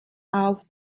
auf